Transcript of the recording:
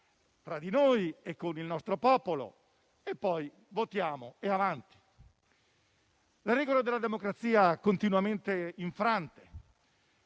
tra di noi e con il nostro popolo. Poi votiamo e avanti! Le regole della democrazia sono continuamente infrante,